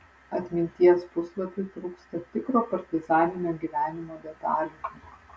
atminties puslapiui trūksta tikro partizaninio gyvenimo detalių